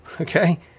okay